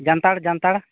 ᱡᱟᱱᱛᱟᱲ ᱡᱟᱱᱛᱟᱲ